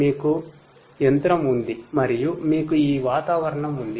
మీకు యంత్రం ఉంది మరియు మీకు ఈ వాతావరణం ఉంది